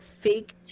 fake